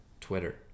Twitter